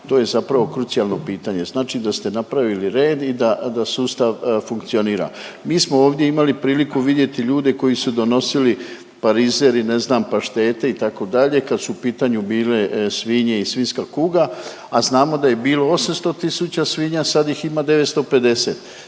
to je zapravo krucijalno pitanje. Znači da ste napravili red i da sustav funkcionira. Mi smo ovdje imali priliku vidjeti ljude koji su donosili parizer i ne znam paštete itd. kad su u pitanju bile svinje i svinjska kuga, a znamo da je bilo 800 tisuća svinja sad ih ima 950.